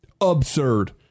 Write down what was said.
Absurd